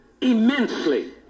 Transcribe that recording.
immensely